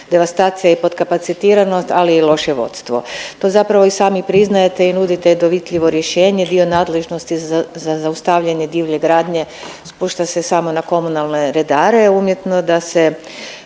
devastacija i potkapacitiranost ali i loše vodstvo. To zapravo i sami priznajete i nudite dovitljivo rješenje. Dio nadležnosti za zaustavljanje divlje gradnje spušta se samo na komunalne redare umjesto da se